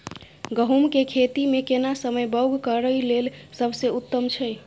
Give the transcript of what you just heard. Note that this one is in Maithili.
गहूम के खेती मे केना समय बौग करय लेल सबसे उत्तम छै?